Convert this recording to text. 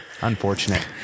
unfortunate